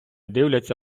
дивляться